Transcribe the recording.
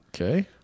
Okay